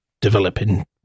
developing